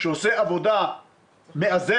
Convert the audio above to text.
שעושה עבודה מאזנת,